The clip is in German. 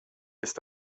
ist